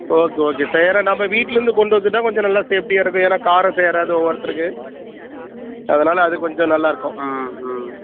okay okay ஏனால் நம்ம வீட்டிலேருந்து கொண்டு வந்துட்டால் கொஞ்சம் நல்ல சேஃப்டியாக இருக்கும் ஏனால் காரம் சேராது ஒவ்வொருத்தருக்கு அதனால் அது கொஞ்சம் நல்லாயிருக்கும் ம் ம்